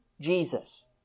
jesus